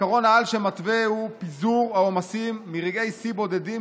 עקרון-העל של המתווה הוא פיזור העומסים מרגעי שיא בודדים,